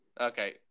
Okay